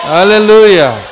Hallelujah